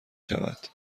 شود